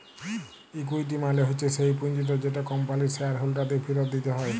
equity মালে হচ্যে স্যেই পুঁজিট যেট কম্পানির শেয়ার হোল্ডারদের ফিরত দিতে হ্যয়